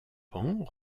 pans